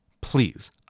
please